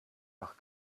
nach